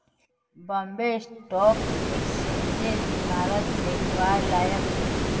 Bombay stock एक्सचेंजेर इमारत दखवार लायक छोक